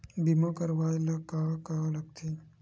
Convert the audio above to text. बीमा करवाय ला का का लगथे?